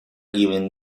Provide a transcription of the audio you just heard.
even